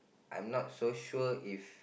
I'm not so sure if